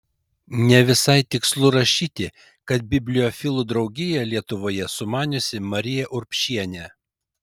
ne visai tikslu rašyti kad bibliofilų draugiją lietuvoje sumaniusi marija urbšienė